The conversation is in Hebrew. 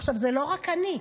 עכשיו, זה לא רק אני.